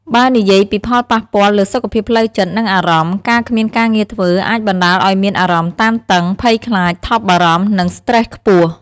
បើនិយាយពីផលប៉ះពាល់លើសុខភាពផ្លូវចិត្ត និងអារម្មណ៍ ការគ្មានការងារធ្វើអាចបណ្ដាលឱ្យមានអារម្មណ៍តានតឹង ភ័យខ្លាច ថប់បារម្ភ និងស្ត្រេសខ្ពស់។